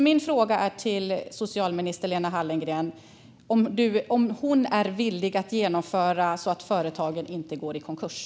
Min fråga till socialminister Lena Hallengren är om hon är villig att vidta åtgärder så att företagen inte går i konkurs.